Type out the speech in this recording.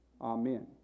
Amen